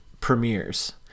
premieres